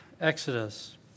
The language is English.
Exodus